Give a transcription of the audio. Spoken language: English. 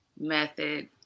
Method